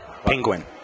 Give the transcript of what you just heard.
penguin